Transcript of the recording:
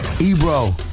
Ebro